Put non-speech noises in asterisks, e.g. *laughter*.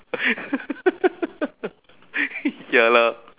*laughs* ya lah